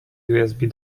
usb